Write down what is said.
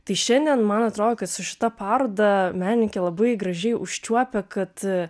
tai šiandien man atrodo kad su šita paroda menininkė labai gražiai užčiuopė kad